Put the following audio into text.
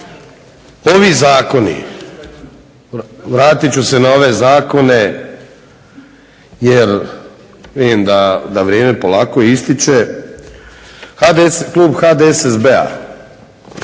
Ovi zakoni vratit ću se na ove zakone jer vidim da vrijeme polako ističe. Klub HDSSB-a